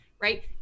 right